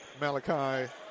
Malachi